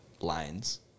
lanes